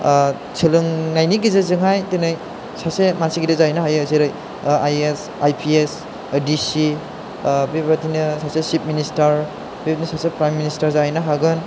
ओह सोलोंनायनि गेजेरजोंहाय दिनै सासे मानसि गिदिर जाहैनो हायो जेरै आईएएस दिसि बेबादिनो सासे चिफ मिनिस्टार बेबादिनो सासे फ्राइम मिनिस्थार जाहैनो हागोन